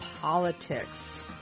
Politics